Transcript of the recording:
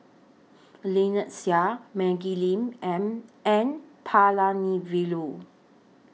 Lynnette Seah Maggie Lim and N Palanivelu